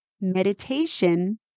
Meditation